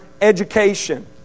education